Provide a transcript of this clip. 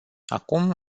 acum